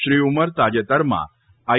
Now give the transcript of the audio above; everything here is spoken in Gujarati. શ્રી ઉમર તાજેતરમાં આઇ